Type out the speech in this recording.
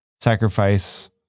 sacrifice